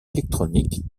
électroniques